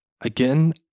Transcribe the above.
Again